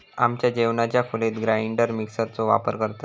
आमच्या जेवणाच्या खोलीत ग्राइंडर मिक्सर चो वापर करतत